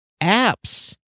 apps